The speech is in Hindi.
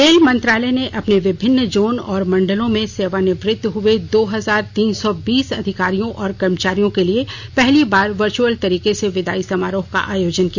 रेल मंत्रालय ने अपने विभिन्न जोन और मंडलों में सेवानिवृत्त हए दो हजार तीन सौ बीस अधिकारियों और कर्मचारियों के लिए पहली बार वर्चअल तरीके से विदाई समारोह का आयोजन किया